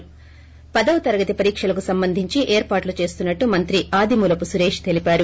ి పదవ తరగతి పరీక్షలకు సంబంధించి ఏర్పాట్లు చేస్తున్నట్లు మంత్రి ఆదిమూలసు సురేష్ చెప్పారు